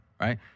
right